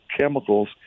chemicals